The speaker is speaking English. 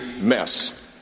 mess